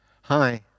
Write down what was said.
Hi